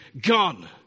gone